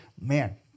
man